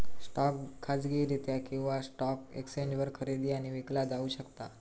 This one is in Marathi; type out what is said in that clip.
स्टॉक खाजगीरित्या किंवा स्टॉक एक्सचेंजवर खरेदी आणि विकला जाऊ शकता